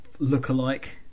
lookalike